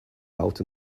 out